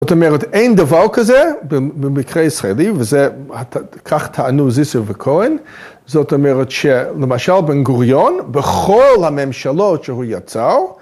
‫זאת אומרת, אין דבר כזה, ‫במקרה הישראלי, ‫וזה... כך טענו זיסר וכהן, ‫זאת אומרת שלמשל בן גוריון, ‫בכל הממשלות שהוא יצר...